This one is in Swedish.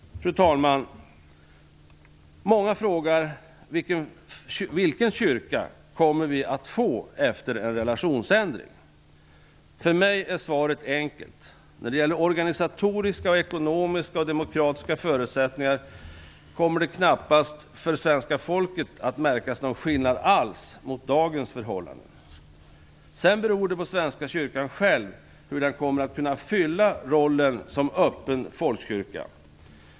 Fru talman! Många frågar: Vilken kyrka kommer vi att få efter en relationsändring? För mig är svaret enkelt. När det gäller organisatoriska, ekonomiska och demokratiska förutsättningar kommer det knappast att för svenska folket märkas någon skillnad alls mot dagens förhållanden. Sedan beror det på Svenska kyrkan själv hur den kommer att kunna fylla rollen som öppen folkkyrka.